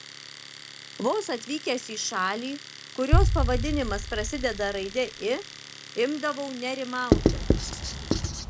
vos atvykęs į šalį kurios pavadinimas prasideda raide i imdavau nerimauti